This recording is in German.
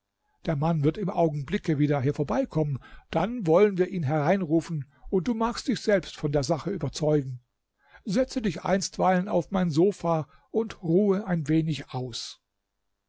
der mann wird im augenblicke wieder hier vorbeikommen dann wollen wir ihn hereinrufen und du magst dich selbst von der sache überzeugen setze dich einstweilen auf mein sofa und ruhe ein wenig aus